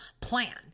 plan